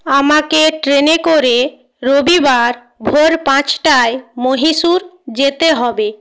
আমাকে ট্রেনে করে রবিবার ভোর পাঁচটায় মহীশূর যেতে হবে